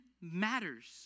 matters